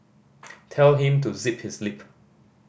tell him to zip his lip